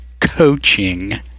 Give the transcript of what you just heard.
coaching